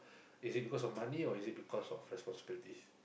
is it because of money or is it because of responsibilities